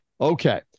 Okay